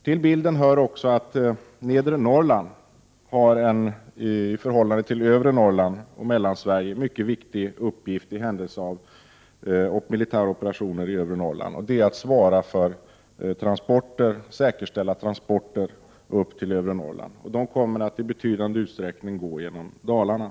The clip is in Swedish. Till bilden hör också att Nedre Norrland har en i förhållande till Övre Norrland och Mellansverige en mycket viktig uppgift i händelse av militära operationer i Övre Norrland, nämligen att säkerställa transporter till Övre Norrland. Transporterna kommer att i betydande utsträckning gå genom Dalarna.